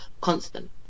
constant